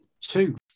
Two